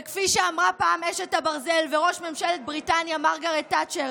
וכפי שאמרה פעם אשת הברזל וראש ממשלת בריטניה מרגרט תאצ'ר: